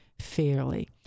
fairly